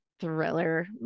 thriller